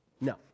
No